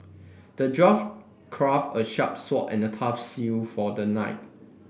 the dwarf craft a sharp sword and a tough shield for the knight